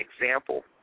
example